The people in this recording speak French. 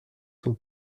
son